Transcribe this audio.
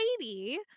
lady